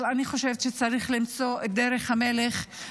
אבל אני חושבת שצריך למצוא את דרך המלך,